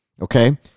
okay